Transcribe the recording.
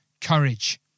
courage